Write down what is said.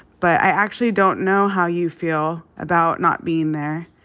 but i actually don't know how you feel about not bein' there.